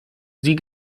sie